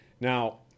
Now